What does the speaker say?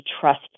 trust